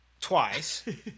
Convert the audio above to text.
twice